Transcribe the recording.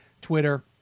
Twitter